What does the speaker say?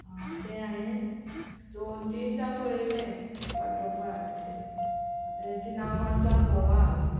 आं तें हांयें दोन तिनदां पळयलें फाटोफाट अशें तेजें नांव आसा भवाल